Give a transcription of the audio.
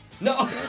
No